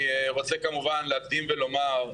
אני רוצה כמובן להקדים ולומר,